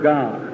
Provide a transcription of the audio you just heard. God